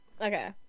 Okay